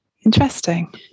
interesting